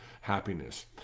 happiness